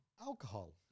Alcohol